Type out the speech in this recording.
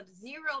zero